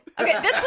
Okay